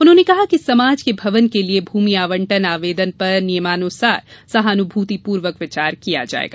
उन्होंने कहा कि समाज के भवन के लिये भूमि आवंटन आवेदन पर नियमानुसार सहानभूतिपूर्वक विचार किया जायेगा